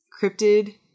cryptid